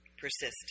persist